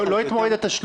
לא, לא את מועד התשלום.